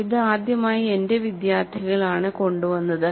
ഇത് ആദ്യമായി എന്റെ വിദ്യാർത്ഥികൾ ആണ് കൊണ്ടുവന്നത്